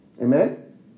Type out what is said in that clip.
Amen